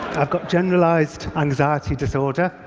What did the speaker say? i've got generalized anxiety disorder,